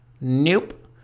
Nope